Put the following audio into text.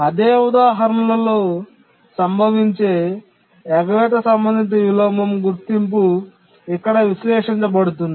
అదే ఉదాహరణలో సంభవించే ఎగవేత సంబంధిత విలోమాల గుర్తింపు ఇక్కడ విశ్లేషించబడుతుంది